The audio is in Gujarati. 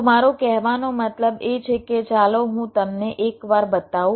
તો મારો કહેવાનો મતલબ એ છે કે ચાલો હું તમને એક વાર બતાવું